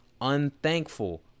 unthankful